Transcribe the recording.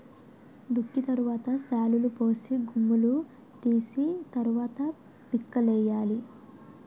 దుక్కి తరవాత శాలులుపోసి గుమ్ములూ తీసి తరవాత పిక్కలేయ్యాలి